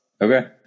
Okay